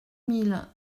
mille